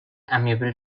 amiable